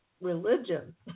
religion